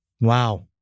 Wow